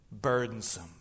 burdensome